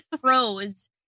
froze